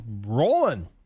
rolling